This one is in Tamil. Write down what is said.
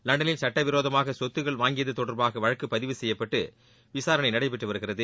லண்டனில் சட்டவிரோதமாக சொத்துக்கள் வாங்கியது தொடர்பாக வழக்கு பதிவு செய்யப்பட்டு விசாரணை நடைபெற்று வருகிறது